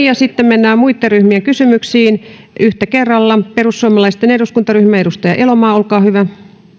ja sitten mennään muitten ryhmien kysymyksiin yksi kerrallaan perussuomalaisten eduskuntaryhmä edustaja elomaa olkaa hyvä arvoisa puhemies